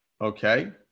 okay